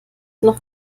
noch